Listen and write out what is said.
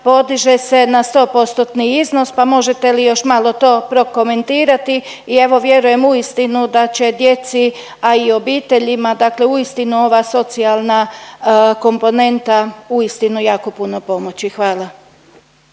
podiže se na 100 postotni iznos, pa možete li još malo to prokomentirati i, evo, vjerujem uistinu da će djeci, a i obiteljima, dakle uistinu ova socijalna komponenta uistinu jako puno pomoći. Hvala.